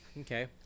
Okay